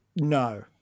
no